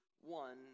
one